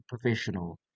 professional